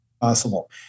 possible